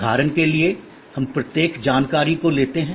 उदाहरण के लिए हम प्रत्येक जानकारी को लेते हैं